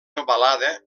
ovalada